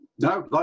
No